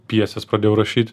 pjeses pradėjau rašyt